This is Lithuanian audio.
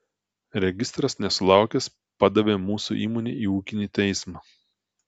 registras nesulaukęs padavė mūsų įmonę į ūkinį teismą